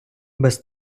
без